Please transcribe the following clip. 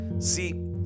See